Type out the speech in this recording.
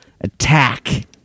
attack